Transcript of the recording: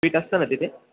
sweet असतं ना तिथे